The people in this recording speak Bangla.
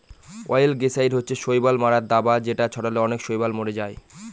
অয়েলগেসাইড হচ্ছে শৈবাল মারার দাবা যেটা ছড়ালে অনেক শৈবাল মরে যায়